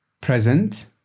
Present